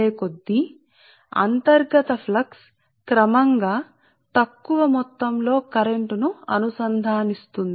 అందువల్ల మనం ఇలా కదులుతున్నప్పుడుమనం అంటే అంతర్గత ఫ్లక్స్ పురోగతి క్రమం గా ఎక్కువ అనుసంధానిస్తుంది మీరు అన్ని అంతర్గత ఫ్లక్స్ లైన్స్ అన్నిటిని అంతర్గతం గా అనుసంధానిస్తుంది